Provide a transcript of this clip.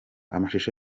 amashusho